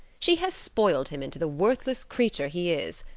she has spoiled him into the worthless creature he is.